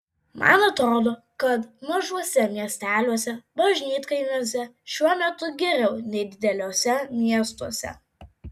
man atrodo kad mažuose miesteliuose bažnytkaimiuose šiuo metu geriau nei dideliuose miestuose